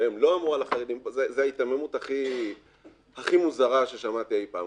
שהם לא אמרו על החרדים זה ההיתממות הכי מוזרה ששמעתי אי פעם.